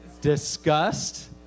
Disgust